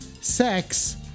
sex